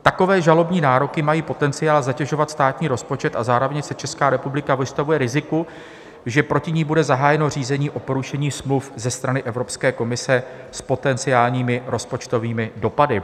Takové žalobní nároky mají potenciál zatěžovat státní rozpočet a zároveň se Česká republika vystavuje riziku, že proti ní bude zahájeno řízení o porušení smluv ze strany Evropské komise s potenciálními rozpočtovými dopady.